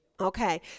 Okay